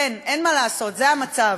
כן, אין מה לעשות, זה המצב.